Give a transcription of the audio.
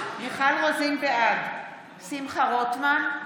רוזין, בעד שמחה רוטמן,